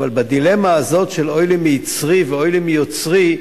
אבל בדילמה הזאת, של אוי לי מיצרי ואוי לי מיוצרי,